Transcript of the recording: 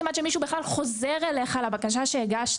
עד שמישהו בכלל חוזר אלייך לבקשה שהגשת,